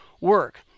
work